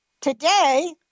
today